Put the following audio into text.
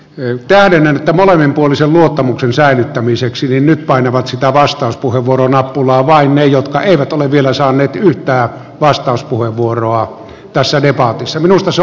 yön tähdenlento molemminpuolisen luottamuksen säilyttämiseksi niin painavat sitä vastauspuheenvuorona pulaa vaan ne jotka eivät ole vielä saaneet yhtään vastauspuheenvuoroa tässä kelpaa se minusta olosuhteissa